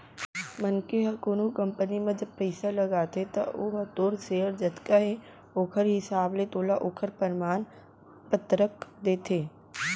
मनसे ह कोनो कंपनी म जब पइसा लगाथे त ओहा तोर सेयर जतका हे ओखर हिसाब ले तोला ओखर परमान पतरक देथे